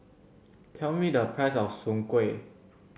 tell me the price of soon kway